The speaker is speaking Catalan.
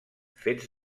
fets